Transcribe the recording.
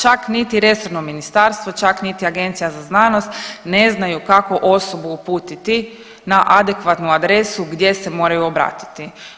Čak niti resorno ministarstvo, čak niti Agencija za znanost ne znaju kako osobu uputiti na adekvatnu adresu gdje se moraju obratiti.